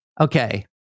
Okay